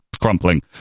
crumpling